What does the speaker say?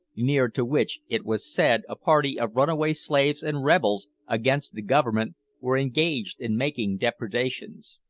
near to which it was said a party of runaway slaves and rebels against the government were engaged in making depredations.